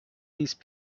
these